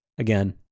Again